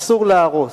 אסור להרוס,